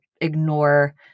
ignore